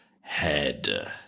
head